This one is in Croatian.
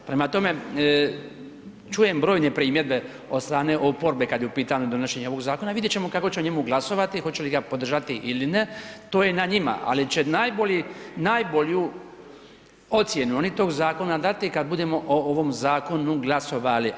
Prema tome, čujem brojne primjedbe od strane oporbe kad je u pitanju donošenje ovog zakona, vidjet ćemo kako će o njemu glasovati hoće li ga podržati ili ne, to je na njima, ali će najbolju ocjenu oni tog zakona dati kad budemo o ovom zakonu glasovali.